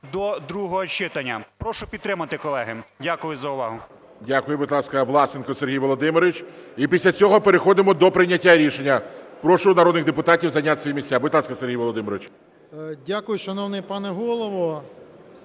до другого читання. Прошу підтримати, колеги. Дякую за увагу. ГОЛОВУЮЧИЙ. Дякую. Будь ласка, Власенко Сергій Володимирович. І після цього переходимо до прийняття рішення. Прошу народних депутатів зайняти свої місця. Будь ласка, Сергій Володимирович. 11:41:46 ВЛАСЕНКО С.В. Дякую, шановний пане Голово.